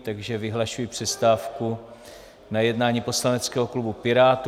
Takže vyhlašuji přestávku na jednání poslaneckého klubu Pirátů.